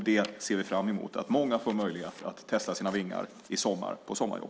Det ser vi fram emot, att många i sommar får möjlighet att testa sina vingar på sommarjobb.